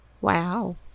Wow